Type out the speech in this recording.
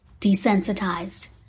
desensitized